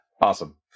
awesome